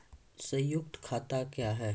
संयुक्त खाता क्या हैं?